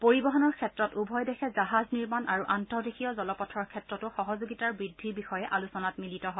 পৰিবহনৰ ক্ষেত্ৰত উভয় দেশে জাহাজ নিৰ্মাণ আৰু আন্তঃদেশীয় জলপথৰ ক্ষেত্ৰতো সহযোগিতাৰ বৃদ্ধিৰ বিষয়ে আলোচনাত মিলিত হয়